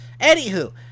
Anywho